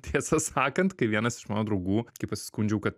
tiesą sakant kai vienas iš mano draugų kai pasiskundžiau kad